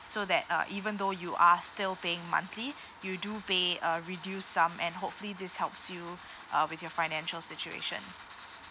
so that uh even though you are still paying monthly you do pay uh reduce some and hopefully this helps you uh with your financial situation